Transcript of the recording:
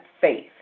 faith